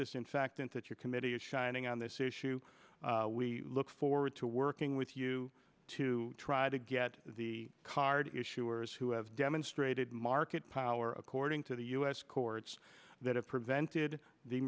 disinfectant that your committee is shining on this issue we look forward to working with you to try to get the card issuers who have demonstrated market power according to the u s courts that have prevented the